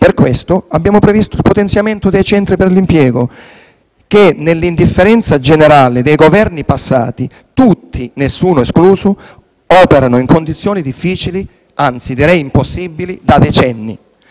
Per questo abbiamo previsto il potenziamento dei centri per l'impiego che, nell'indifferenza generale di tutti i Governi passati (nessuno escluso), operano in condizioni difficili e, anzi, impossibili da decenni.